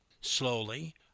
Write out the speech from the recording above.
Slowly